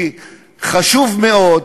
כי חשוב מאוד,